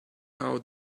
how